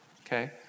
okay